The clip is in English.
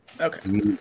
Okay